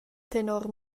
tenor